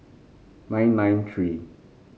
nine nine three